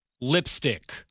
lipstick